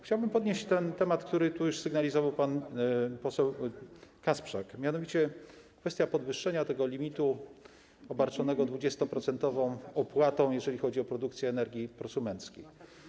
Chciałbym podnieść kwestię, którą już sygnalizował pan poseł Kasprzak, mianowicie kwestię podwyższenia tego limitu obarczonego 20-procentową opłatą, jeżeli chodzi o produkcję energii prosumenckiej.